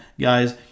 guys